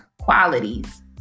qualities